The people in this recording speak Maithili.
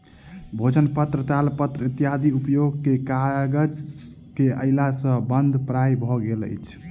भोजपत्र, तालपत्र इत्यादिक उपयोग कागज के अयला सॅ बंद प्राय भ गेल अछि